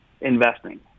investing